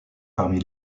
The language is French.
parmi